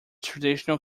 traditional